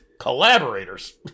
Collaborators